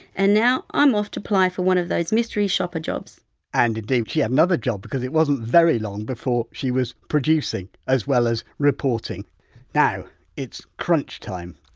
and now i'm off to apply for one of those mystery shopper jobs and indeed she had another job because it wasn't very long before she was producing, as well as reporting now it's crunch time.